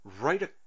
right